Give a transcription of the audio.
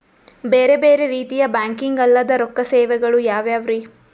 ಬೇರೆ ಬೇರೆ ರೀತಿಯ ಬ್ಯಾಂಕಿಂಗ್ ಅಲ್ಲದ ರೊಕ್ಕ ಸೇವೆಗಳು ಯಾವ್ಯಾವ್ರಿ?